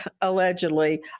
allegedly